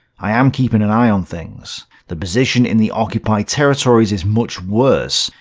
i am keeping an eye on things. the position in the occupied territories is much worse.